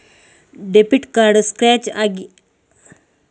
Debit card scratch ಆಗಿ ಉಪಯೋಗಿಸಲ್ಲಿಕ್ಕೆ ಆಗ್ತಿಲ್ಲ, ಎಂತ ಮಾಡುದೆಂದು ಹೇಳುವಿರಾ?